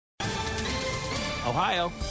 Ohio